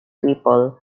people